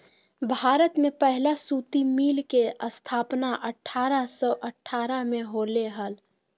भारत में पहला सूती मिल के स्थापना अठारह सौ अठारह में होले हल